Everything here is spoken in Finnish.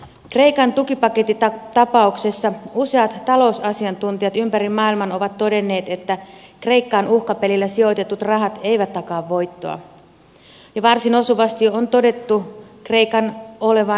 kreikan tukipakettitapauksessa useat talousasiantuntijat ympäri maailman ovat todenneet että kreikkaan uhkapelillä sijoitetut rahat eivät takaa voittoa ja varsin osuvasti on todettu kreikan olevan maksukyvytön